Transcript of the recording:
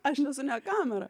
aš nesu ne kamera